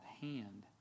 hand